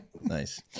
Nice